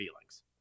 feelings